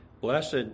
Blessed